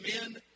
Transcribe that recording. men